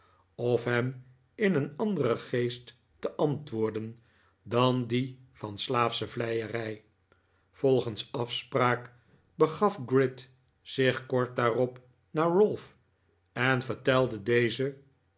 of hem in een anderen geest te antwoorden dan dien van slaafsche vleierij volgens afspraak begaf gride zich kort daarop naar ralph en vertelde dezen